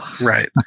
Right